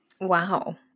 Wow